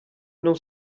non